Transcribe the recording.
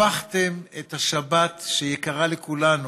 הפכתם את השבת, שהיא יקרה לכולנו,